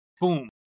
boom